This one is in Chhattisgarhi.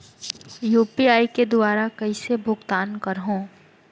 यू.पी.आई के दुवारा कइसे भुगतान करहों?